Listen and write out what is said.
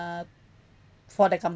uh for the comp~